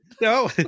No